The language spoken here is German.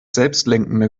selbstlenkende